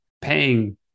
paying